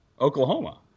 Oklahoma